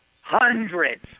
hundreds